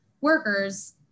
workers